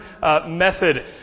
method